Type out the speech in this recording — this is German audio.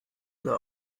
oder